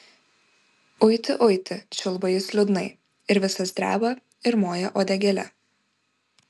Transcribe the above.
uiti uiti čiulba jis liūdnai ir visas dreba ir moja uodegėle